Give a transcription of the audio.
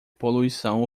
poluição